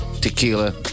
Tequila